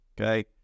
Okay